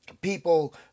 people